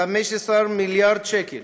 15 מיליארד שקל